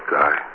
guy